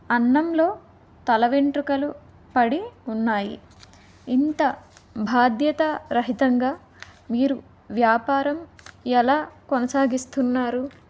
అన్నంలో తల వెంట్రుకలు పడి ఉన్నాయి ఇంత బాధ్యతారహితంగా మీరు వ్యాపారం ఎలా కొనసాగిస్తున్నారు